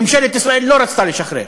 ממשלת ישראל לא רצתה לשחרר.